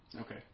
Okay